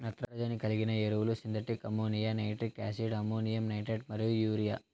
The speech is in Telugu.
నత్రజని కలిగిన ఎరువులు synthetic ammonia, nitric acid, ammonium nitrate మరియు యూరియా